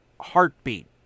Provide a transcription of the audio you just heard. Heartbeat